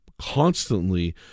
constantly